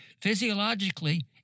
physiologically